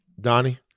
Donnie